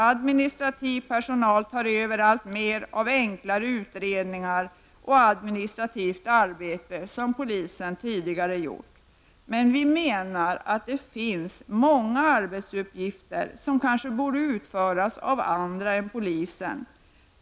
Administrativ personal tar över alltmer av enklare utredningar och administrativt arbete som polisen tidigare har gjort. Vi menar emellertid att det finns många arbetsuppgifter som kanske borde utföras av andra än polisen.